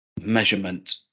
measurement